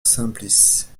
simplice